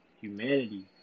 humanity